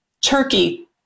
turkey